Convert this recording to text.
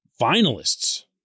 finalists